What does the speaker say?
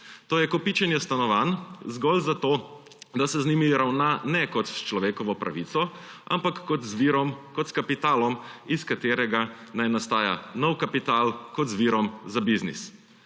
To je kopičenje stanovanj zgolj zato, da se z njimi ravna ne kot s človekovo pravico, ampak kot z virom, kot s kapitalom, iz katerega naj nastaja nov kapital, kot z virom za biznis.